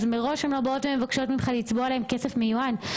אז מראש הן לא באות ומבקשות ממך לצבוע להן כסף מיועד.